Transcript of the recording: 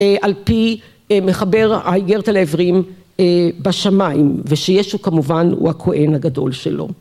על פי מחבר האיגרת על העברים בשמיים ושישו כמובן הוא הכהן הגדול שלו.